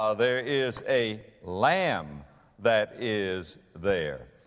ah there is a lamb that is there.